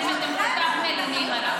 בסוף מסתכלים עלינו תלמידי ישראל,